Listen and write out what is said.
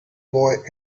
boy